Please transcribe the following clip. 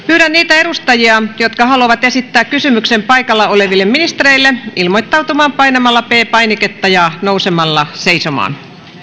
pyydän niitä edustajia jotka haluavat esittää kysymyksen paikalla oleville ministereille ilmoittautumaan painamalla p painiketta ja nousemalla seisomaan